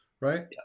Right